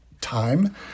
time